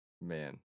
Man